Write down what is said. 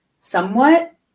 somewhat